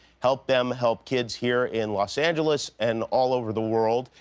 help them help kids here in los angeles and all over the world.